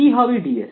কি হবে dS